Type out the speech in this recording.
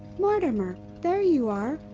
mortimer, there you are!